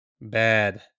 bad